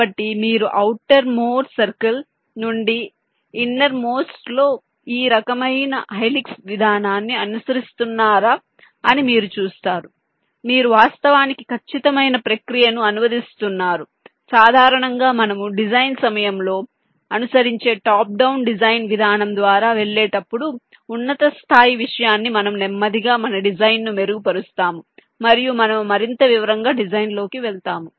కాబట్టి మీరు outermost cycle నుండి ఇన్నర్ మోస్ట్ లో ఈ రకమైన హెలిక్స్ విధానాన్ని అనుసరిస్తున్నారా అని మీరు చూస్తారు మీరు వాస్తవానికి ఖచ్చితమైన ప్రక్రియను అనుసరిస్తున్నారు సాధారణంగా మనము డిజైన్ సమయంలో అనుసరించే టాప్ డౌన్ డిజైన్ విధానం ద్వారా వెళ్ళేటప్పుడు ఉన్నత స్థాయి విషయాన్ని మనము నెమ్మదిగా మన డిజైన్ను మెరుగుపరుస్తాము మరియు మనము మరింత వివరంగా డిజైన్లోకి వెళ్తాము